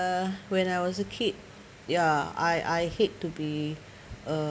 uh when I was a kid ya I I hate to be uh